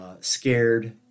scared